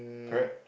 correct